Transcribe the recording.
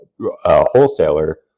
wholesaler